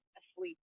asleep